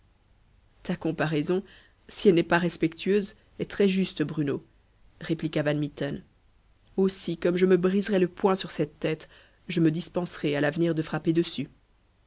ta comparaison si elle n'est pas respectueuse est très juste bruno répliqua van mitten aussi comme je me briserais le poing sur cette tête je me dispenserai à l'avenir de frapper dessus